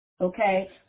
okay